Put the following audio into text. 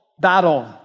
battle